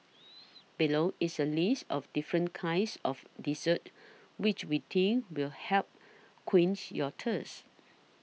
below is a list of different kinds of desserts which we think will help quench your thirst